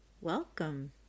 Welcome